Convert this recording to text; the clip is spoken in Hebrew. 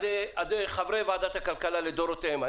חברי ועדת הכלכלה לדורותיהם,